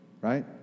right